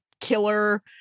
killer